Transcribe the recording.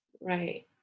right